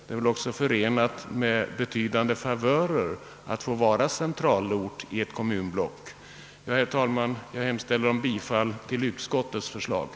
Det medför också betydande favörer att vara centralort i ett kommunblock. Herr talman! Jag yrkar bifall till utskottets hemställan.